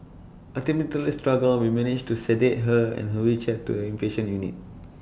A tumultuous struggle we managed to sedate her and who we chat to inpatient unit